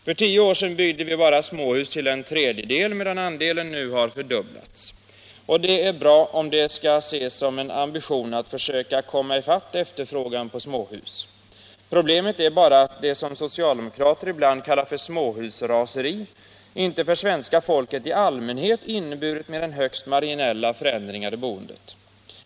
För tio år sedan byggde vi småhus bara till en tredjedel, medan andelen nu har fördubblats. Det är bra, om det skall ses som en ambition att försöka nå efterfrågan på småhus. Problemet är bara att det som socialdemokrater ibland kallar småhusraseri inte för svenska folket i allmänhet inneburit mer än högst marginella förändringar i boendet.